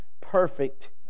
perfect